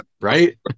Right